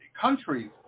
countries